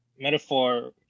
metaphor